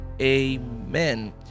Amen